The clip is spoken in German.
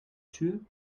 tür